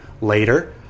later